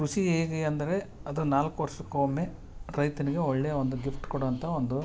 ಕೃಷಿ ಹೇಗೆ ಅಂದರೆ ಅದು ನಾಲ್ಕು ವರ್ಷಕೊಮ್ಮೆ ರೈತನಿಗೆ ಒಳ್ಳೆಯ ಒಂದು ಗಿಫ್ಟ್ ಕೊಡುವಂಥಾ ಒಂದು